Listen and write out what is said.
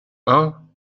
hein